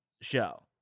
show